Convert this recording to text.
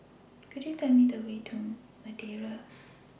Could YOU Tell Me The Way to The Madeira